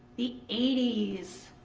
the eighty s.